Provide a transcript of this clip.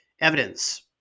evidence